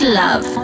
love